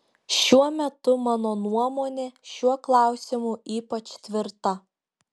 šiuo metu mano nuomonė šiuo klausimu ypač tvirta